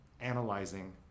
analyzing